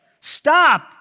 stop